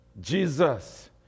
Jesus